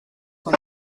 con